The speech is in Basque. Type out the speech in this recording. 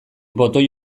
botoi